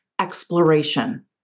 exploration